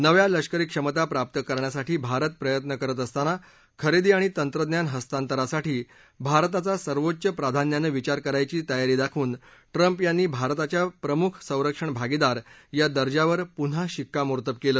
नव्या लष्करी क्षमता प्राप्त करण्यासाठी भारत प्रयत्न करत असताना खरेदी आणि तंत्रज्ञान हस्तांतरासाठी भारताचा सर्वोच्च प्राधान्यानं विचार करायची तयारी दाखवून ट्रम्प यांनी भारताच्या प्रमुख संरक्षण भागीदार या दर्जावर पुन्हा शिक्कामोर्तब केलं